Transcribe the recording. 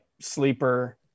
Sleeper